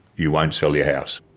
you won't sell your house.